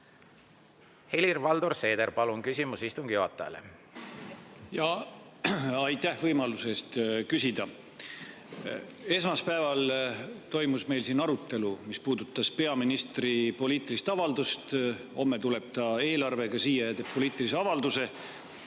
Helir-Valdor Seeder, palun, küsimus istungi juhatajale! Aitäh võimaluse eest küsida! Esmaspäeval toimus meil siin arutelu, mis puudutas peaministri poliitilist avaldust. Homme tuleb ta eelarvega siia ja teeb poliitilise avalduse.